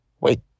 Wait